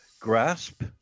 grasp